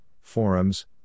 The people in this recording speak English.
forums